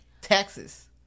texas